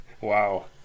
Wow